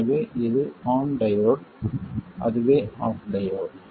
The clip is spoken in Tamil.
எனவே இது ஆன் டையோடு அதுவே ஆஃப் டையோடு